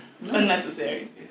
unnecessary